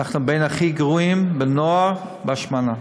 אנחנו בין הכי גרועים בנוער בהשמנה,